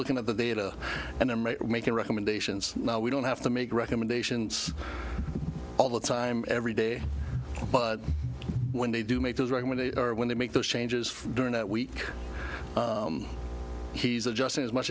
looking at the data and making recommendations now we don't have to make recommendations all the time every day but when they do make those right when they are when they make those changes during that week he's adjusting as much